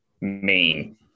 main